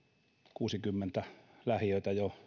kuusikymmentä lähiötä jo